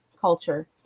culture